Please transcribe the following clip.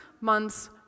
months